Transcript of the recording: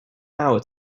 hour